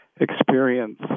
experience